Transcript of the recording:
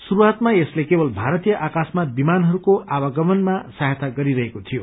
शुरूवातामा यसले केवल भारतीय आकाशमा विमानहरूको आवागममा साहायाता गरिरहेको थयो